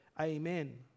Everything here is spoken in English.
Amen